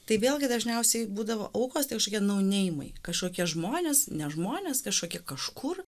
tai vėlgi dažniausiai būdavo aukos tai kažkokie kažkokie žmonės nežmones kažkokie kažkur